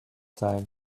time